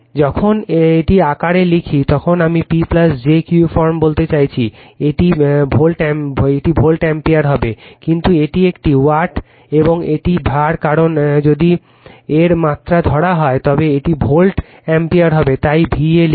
যখন এটি আকারে লিখি তখন আমি P jQ ফর্ম বলতে চাচ্ছি এটি ভোল্ট অ্যাম্পিয়ার হবে কিন্তু এটি একটি ওয়াট এবং এটি var কারণ যদি এর মাত্রা ধরা হয় তবে এটি ভোল্ট অ্যাম্পিয়ার হবে তাই VA লিখুন